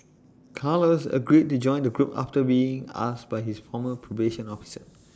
Carlos agreed to join the group after being asked by his former probation officer